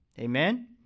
Amen